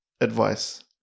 advice